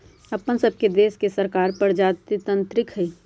अप्पन सभके देश के सरकार प्रजातान्त्रिक हइ